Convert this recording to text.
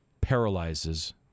paralyzes